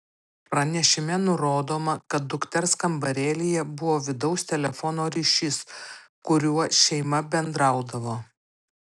pranešime nurodoma kad dukters kambarėlyje buvo vidaus telefono ryšys kuriuo šeima bendraudavo